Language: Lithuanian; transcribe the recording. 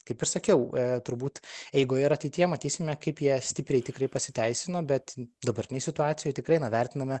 kaip ir sakiau turbūt jeigu ir ateityje matysime kaip jie stipriai tikrai pasiteisino bet dabartinėj situacijoj tikrai na vertiname